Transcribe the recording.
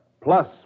plus